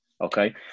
Okay